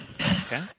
Okay